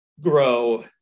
grow